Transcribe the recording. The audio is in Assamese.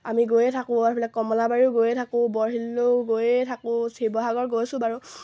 আমি গৈয়ে থাকোঁ আৰু এইফালে কমলাবাৰীও গৈয়ে থাকোঁ বৰশিললৈয়ো গৈয়ে থাকোঁ শিৱসাগৰ গৈছোঁ বাৰু